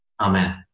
Amen